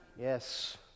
yes